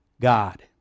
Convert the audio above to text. God